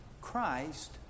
Christ